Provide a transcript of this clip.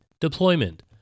Deployment